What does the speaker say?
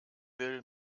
will